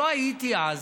לא הייתי אז,